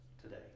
today